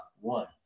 One